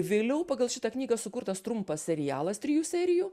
vėliau pagal šitą knygą sukurtas trumpas serialas trijų serijų